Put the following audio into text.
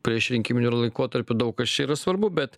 priešrinkiminiu laikotarpiu daug kas čia yra svarbu bet